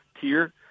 tier